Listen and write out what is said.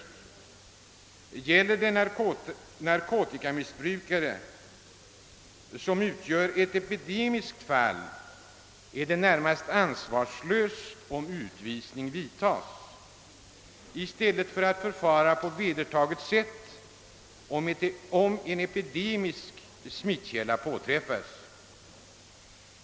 Om det gäller ett ärende med en narkotikamissbrukare, som utgör ett epidemiskt fall, är det närmast ansvarslöst att vidta en utvisning i stället för att förfara på det vedertagna sättet vid på träffande av epidemisk smittkälla.